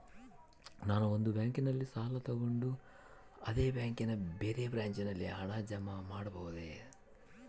ನಾನು ಒಂದು ಬ್ಯಾಂಕಿನಲ್ಲಿ ಸಾಲ ತಗೊಂಡು ಅದೇ ಬ್ಯಾಂಕಿನ ಬೇರೆ ಬ್ರಾಂಚಿನಲ್ಲಿ ಹಣ ಜಮಾ ಮಾಡಬೋದ?